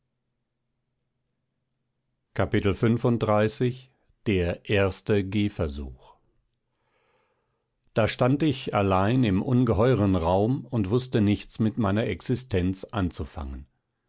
da stand ich allein im ungeheuren raum und wußte nichts mit meiner existenz anzufangen